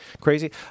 crazy